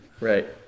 right